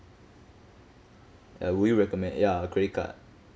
ya would you recommend ya credit card